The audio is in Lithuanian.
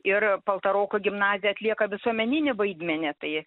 ir paltaroko gimnazija atlieka visuomeninį vaidmenį tai